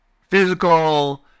physical